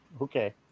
Okay